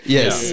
Yes